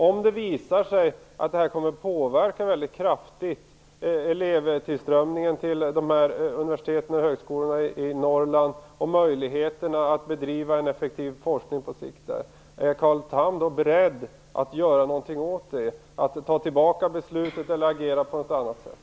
Om det visar sig att det här kraftigt kommer att påverka elevtillströmningen till universiteten och högskolorna i Norrland och möjligheterna på sikt att där bedriva effektiv forskning, är Carl Tham då beredd att göra någonting åt det, att ta tillbaka beslutet eller att agera på något annat sätt?